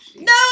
no